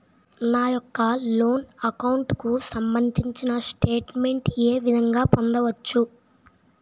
నా యెక్క loan account కు సంబందించిన స్టేట్ మెంట్ ఏ విధంగా పొందవచ్చు?